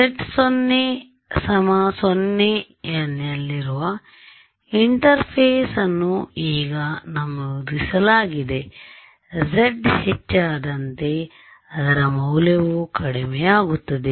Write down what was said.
z 0 ನಲ್ಲಿರುವ interface ಅನ್ನು ಈಗ ನಮೂದಿಸಲಾಗಿದೆ z ಹೆಚ್ಚಾದಂತೆ ಅದರ ಮೌಲ್ಯವು ಕಡಿಮೆಯಾಗುತ್ತದೆ